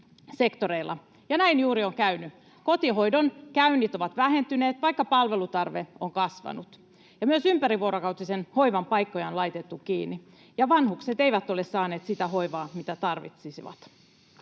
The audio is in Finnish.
näin juuri on käynyt. Kotihoidon käynnit ovat vähentyneet, vaikka palvelutarve on kasvanut, ja myös ympärivuorokautisen hoivan paikkoja on laitettu kiinni, ja vanhukset eivät ole saaneet sitä hoivaa, mitä tarvitsisivat.